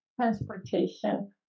transportation